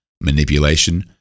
manipulation